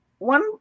One